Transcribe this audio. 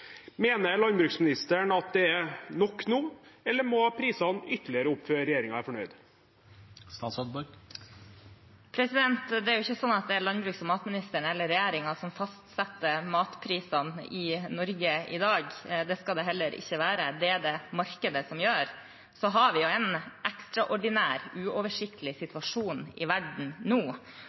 Mener landbruksministeren at det er nok nå, eller må prisene ytterligere opp før regjeringen er fornøyd? Det er jo ikke slik at det er landbruks- og matministeren eller regjeringen som fastsetter matprisene i Norge i dag. Det skal det heller ikke være, det er det markedet som gjør, og så har vi jo en ekstraordinær, uoversiktlig situasjon i verden nå.